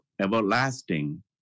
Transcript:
everlasting